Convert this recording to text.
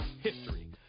history